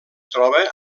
troba